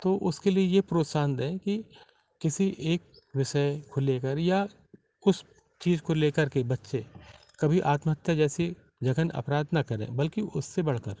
तो उसके लिए यह प्रोत्साहन दें कि किसी एक विषय को लेकर या उस चीज़ काे लेकर के बच्चे कभी आत्महत्या जैसे जघन्य अपराध न करें बल्कि उससे बढ़ कर